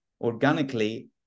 organically